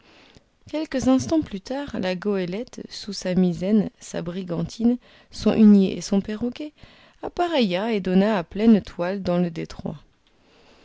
quelques instants plus tard la goélette sous sa misaine sa brigantine son hunier et son perroquet appareilla et donna à pleine toile dans le détroit